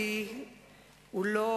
הוא אחריו על הגמל,